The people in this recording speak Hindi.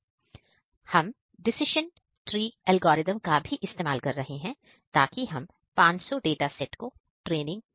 हम डिसीजन ट्री एल्गोरिथम का इस्तेमाल कर रहे हैं ताकि हम 500 डाटा सेट को ट्रेनिंग दे सके